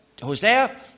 Hosea